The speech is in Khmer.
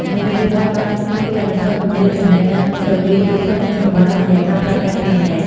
នវានុវត្តន៍បានជួយកាត់បន្ថយគម្លាតចំណេះដឹងរវាងទីក្រុង និងជនបទតាមរយៈការប្រើប្រាស់អ៊ីនធឺណិត។